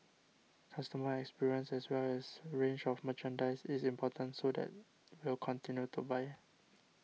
customer experience as well as range of merchandise is important so that will continue to buy